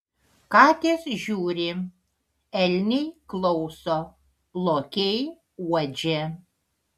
katės žiūri elniai klauso lokiai uodžia